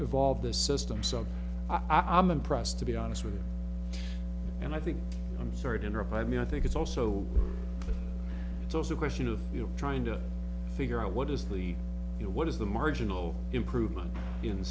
evolved this system so i am impressed to be honest with you and i think i'm sorry to interrupt i mean i think it's also it's also a question of we're trying to figure out what is the you know what is the marginal improvement in